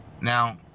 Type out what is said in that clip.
Now